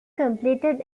completed